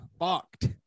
fucked